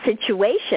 situation